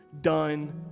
done